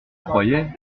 croyais